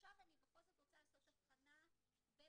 עכשיו אני בכל זאת רוצה לעשות הבחנה בין